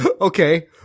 Okay